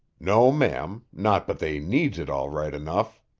no, ma'am not but they needs it all right enough,